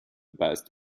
best